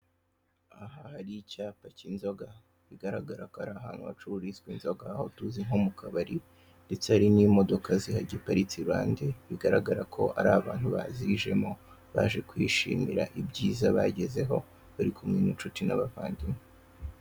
Aha hari icyapa cy'inzoga bigaragara ko ari ahantu hacururizwa inzoga aho tuzi nko mu kabari ndetse hari n'imodoka ziparitse iruhande, bigaragara ko ari abantu bazijemo, baje kwishimira ibyiza bagezeho, bari kumwe n'inshuti n'abavandimwe.